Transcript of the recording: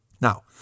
Now